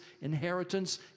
inheritance